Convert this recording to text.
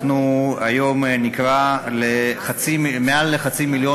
אנחנו היום נקרא ליותר מחצי מיליון